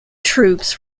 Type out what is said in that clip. troops